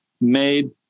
made